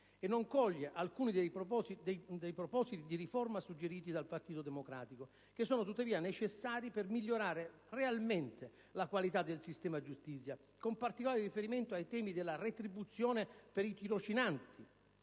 e non coglie alcuni dei propositi di riforma suggeriti dal PD, che sono tuttavia necessari per migliorare davvero la qualità del sistema-giustizia, con particolare riferimento ai temi della retribuzione per i tirocinanti,